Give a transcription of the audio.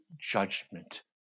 judgment